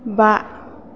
बा